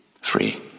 Free